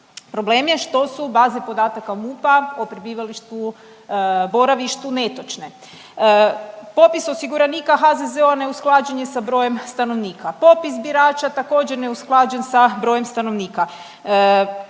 problem je što su baze podataka MUP-a o prebivalištu, boravištu netočne. Popis osiguranika HZZO-a neusklađen sa brojem stanovnika. Popis birača također neusklađen sa brojem stanovnika.